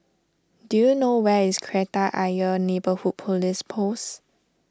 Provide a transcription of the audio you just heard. do you know where is Kreta Ayer Neighbourhood Police Post